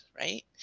right